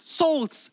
souls